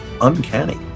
uncanny